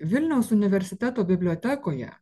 vilniaus universiteto bibliotekoje